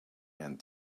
and